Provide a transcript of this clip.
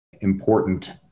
important